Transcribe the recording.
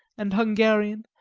and hungarian,